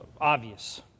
obvious